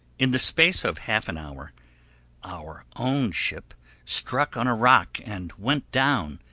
in the space of half an hour our own ship struck on a rock and went down,